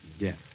Death